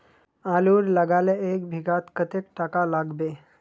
आलूर लगाले एक बिघात कतेक टका लागबे?